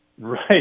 Right